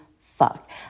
fuck